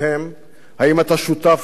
האם אתה שותף למצוקתם,